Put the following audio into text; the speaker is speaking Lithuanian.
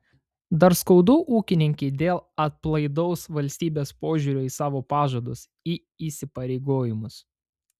dar skaudu ūkininkei dėl aplaidaus valstybės požiūrio į savo pažadus į įsipareigojimus